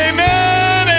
Amen